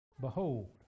Behold